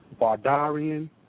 Bardarian